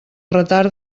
retard